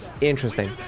interesting